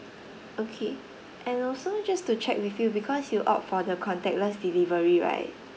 okay and also just to check with you because you opt for the contactless delivery right